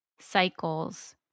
cycles